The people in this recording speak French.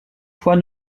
fois